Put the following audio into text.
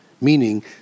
meaning